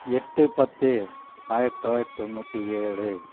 எட்டு பத்து ஆயிரத்து தொள்யிரத்து தொண்ணூற்றி ஏழு